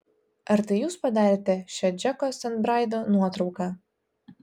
ar tai jūs padarėte šią džeko sent braido nuotrauką